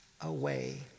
away